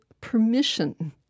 permission